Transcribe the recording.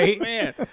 man